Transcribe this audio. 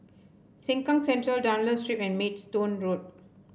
Sengkang Central Dunlop Street and Maidstone Road